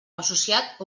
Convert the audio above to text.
associat